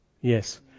Yes